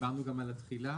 דיברנו גם על התחילה?